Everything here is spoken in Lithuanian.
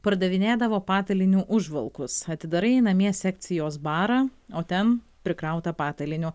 pardavinėdavo patalynių užvalkus atidarai namie sekcijos barą o ten prikrauta patalynių